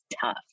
tough